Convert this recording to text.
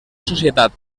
societat